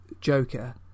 Joker